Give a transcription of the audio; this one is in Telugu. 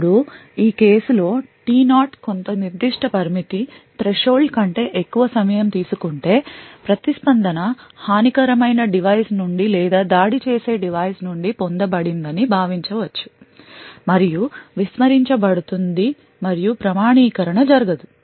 ఇప్పుడు ఈ కేసు లో T0 కొంత నిర్దిష్ట పరిమితి threshold కంటే ఎక్కువ సమయం తీసు కుంటే ప్రతిస్పందన హానికరమైన డివైస్ నుండి లేదా దాడి చేసే డివైస్ నుండి పొందబడిందని భావించ వచ్చు మరియు విస్మరించబడుతుంది మరియు ప్రామాణీకరణ జరగదు